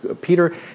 Peter